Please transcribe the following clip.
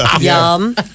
yum